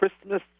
Christmas